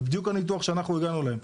זה בדיוק הניתוח שאנחנו הגענו אליו.